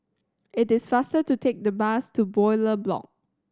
it is faster to take the bus to Bowyer Block